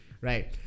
Right